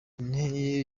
intebe